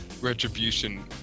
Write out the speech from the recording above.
retribution